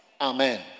Amen